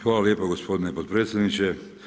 Hvala lijepa gospodine potpredsjedniče.